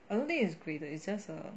I don't think is graded it's just err